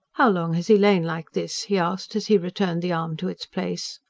how long has he lain like this? he asked, as he returned the arm to its place.